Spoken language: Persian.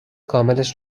کاملش